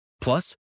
Plus